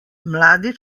mladi